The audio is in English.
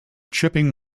chipping